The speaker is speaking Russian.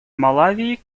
малави